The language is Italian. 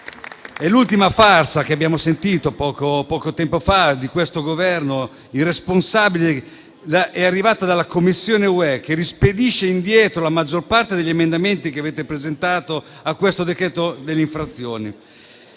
L'ultima fase della farsa di questo Governo irresponsabile è arrivata dalla Commissione europea, che rispedisce indietro la maggior parte degli emendamenti che avete presentato su questo decreto-legge infrazioni.